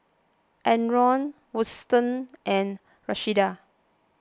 Adron Woodson and Rashida